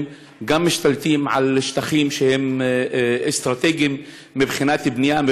משתלטים על שטחים שהם אסטרטגיים מבחינת בנייה,